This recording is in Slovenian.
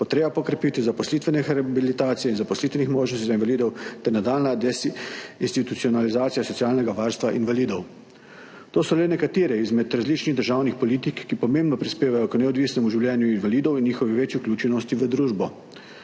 potreba po krepitvi zaposlitvene rehabilitacije in zaposlitvenih možnosti za invalide ter nadaljnja institucionalizacija socialnega varstva invalidov. To so le nekatere izmed različnih državnih politik, ki pomembno prispevajo k neodvisnemu življenju invalidov in njihovi večji vključenosti v družbo.